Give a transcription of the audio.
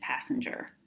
passenger